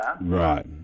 Right